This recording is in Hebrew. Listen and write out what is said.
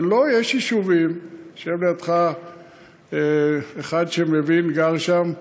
יש יישובים, יושב לידך אחד שמבין, גר שם,